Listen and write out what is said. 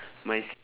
my s~